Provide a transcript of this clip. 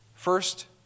First